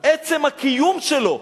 עצם הקיום שלו,